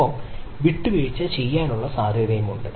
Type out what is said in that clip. ഒപ്പം വിട്ടുവീഴ്ച ചെയ്യാനുള്ള സാധ്യതയുണ്ട്